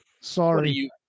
Sorry